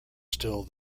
still